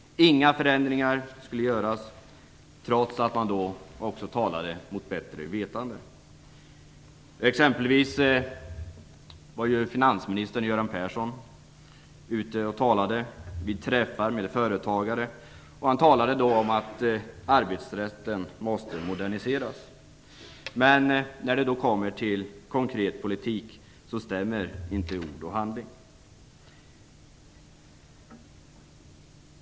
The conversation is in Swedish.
Inga förändringar skulle få göras, trots att man då talar mot bättre vetande. Exempelvis var finansminister Göran Persson ute och talade med företagare. Han talade då om att arbetsrätten måste moderniseras. Men när det kommer till konkret politik stämmer inte ord och handling.